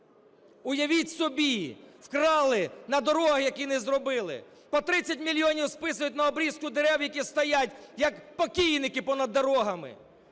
Уявіть собі, вкрали на дорогах, які не зробили, по 30 мільйонів списують на обрізку дерев, які стоять, як покійники, понад дорогами.